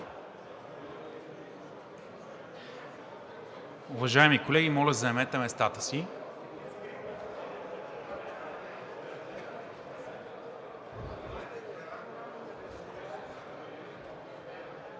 Уважаеми колеги, моля, заемете местата си!